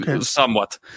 somewhat